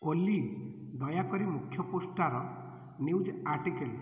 ଓଲି ଦୟାକରି ମୁଖ୍ୟ ପୃଷ୍ଠାର ନ୍ୟୁଜ୍ ଆର୍ଟିକଲ୍